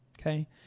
Okay